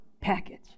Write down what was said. package